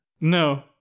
No